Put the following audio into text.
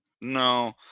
No